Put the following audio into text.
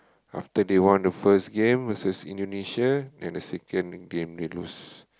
after that won the first game versus Indonesia and the second big game they lose